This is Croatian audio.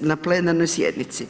na plenarnoj sjednici.